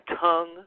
tongue